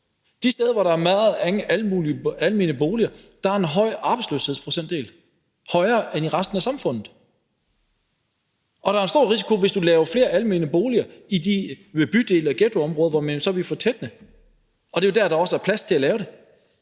De steder, hvor der er mange almene boliger, er der en høj arbejdsløshedsprocent – højere end i resten af samfundet. Og der er en stor risiko forbundet med det, hvis man bygger flere almene boliger i bydele og ghettoområder, som man så vil fortætte, og hvor der jo også er plads til at gøre det,